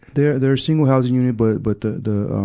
they're, they're single housing unit, but, but the, the,